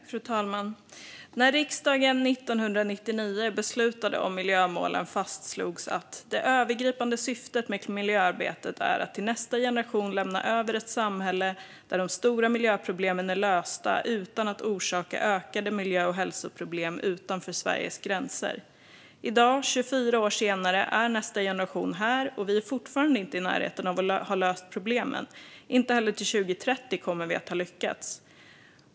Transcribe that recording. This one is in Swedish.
Fru talman! När riksdagen 1999 beslutade om miljömålen fastslogs att "det övergripande syftet med miljöarbetet är att till nästa generation lämna över ett samhälle där de stora miljöproblemen är lösta, utan att orsaka ökade miljö och hälsoproblem utanför Sveriges gränser". I dag, 24 år senare, är nästa generation här, och vi är fortfarande inte i närheten av att ha löst problemen. Inte heller till 2030 kommer vi att ha lyckats.